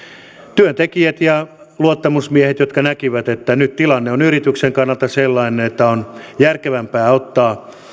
työntekijät ja luottamusmiehet näkivät että nyt tilanne on yrityksen kannalta sellainen että on järkevämpää ottaa